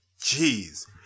Jeez